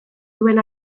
duen